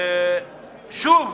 שוב